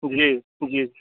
जी जी